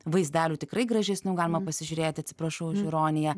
vaizdelių tikrai gražesnių galima pasižiūrėti atsiprašau už ironiją